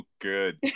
good